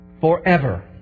forever